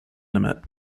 limit